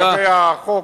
לגבי החוק,